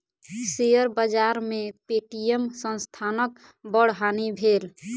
share बाजार में Paytm संस्थानक बड़ हानि भेल